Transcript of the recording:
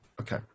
okay